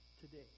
today